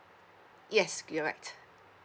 yes you're right